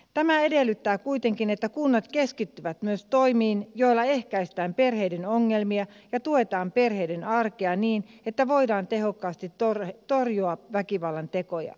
tämä edellyttää kuitenkin että kunnat keskittyvät myös toimiin joilla ehkäistään perheiden ongelmia ja tuetaan perheiden arkea niin että voidaan tehokkaasti torjua väkivallantekoja